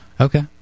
Okay